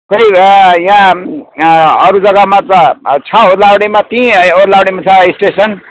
खोइ यहाँ यहाँ अरू जग्गामा त छ ओदलाबारीमा त्यहीँ ओदलाबारीमा छ स्टेसन